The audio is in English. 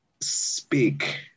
speak